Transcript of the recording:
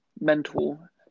mentor